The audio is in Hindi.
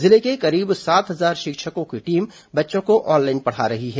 जिले के करीब सात हजार शिक्षकों की टीम बच्चों को ऑनलाइन पढ़ा रही हैं